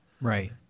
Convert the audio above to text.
right